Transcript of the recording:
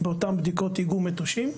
באותן בדיקות איגום מטושים.